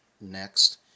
Next